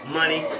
money